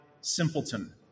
simpleton